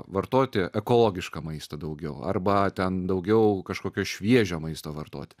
vartoti ekologišką maistą daugiau arba ten daugiau kažkokio šviežio maisto vartoti